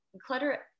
clutter